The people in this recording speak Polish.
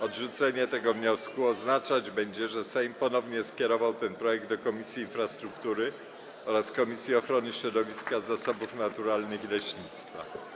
Odrzucenie tego wniosku oznaczać będzie, że Sejm ponownie skierował ten projekt do Komisji Infrastruktury oraz Komisji Ochrony Środowiska, Zasobów Naturalnych i Leśnictwa.